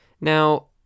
Now